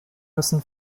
müssen